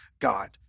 God